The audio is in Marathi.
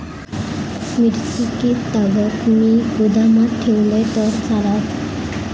मिरची कीततागत मी गोदामात ठेवलंय तर चालात?